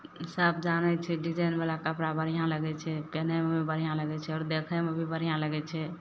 सब जानय छै डिजाइनवला कपड़ा बढ़िआँ लगय छै पीन्हैयमे भी बढ़िआँ लगय छै आओर देखयमे भी बढ़िआँ लगय छै